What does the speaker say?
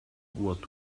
what